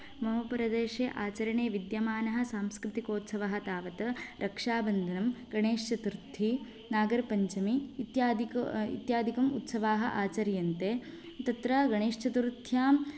मम प्रदेशे आचरणे विद्यमानः सांस्कृतिकोत्सवः तावत् रक्षाबन्धनं गणेशचतुर्थी नागरपञ्चमी इत्यदि तु इत्यादिकं उत्सवाः आचर्यन्ते तत्र गणेशचतुर्थ्यां